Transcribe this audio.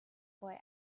boy